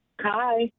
Hi